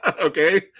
Okay